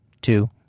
Two